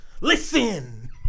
Listen